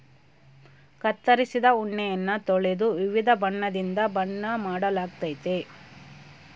ಕತ್ತರಿಸಿದ ಉಣ್ಣೆಯನ್ನ ತೊಳೆದು ವಿವಿಧ ಬಣ್ಣದಿಂದ ಬಣ್ಣ ಮಾಡಲಾಗ್ತತೆ